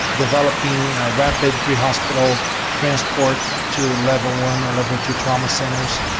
developing a rapid pre-hospital transport to level one or level two trauma centres,